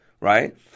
right